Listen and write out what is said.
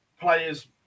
players